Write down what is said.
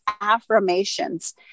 affirmations